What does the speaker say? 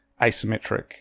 asymmetric